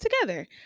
together